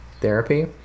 therapy